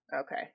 Okay